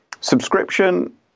Subscription